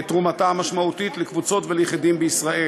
"את תרומתה המשמעותית לקבוצות וליחידים בישראל,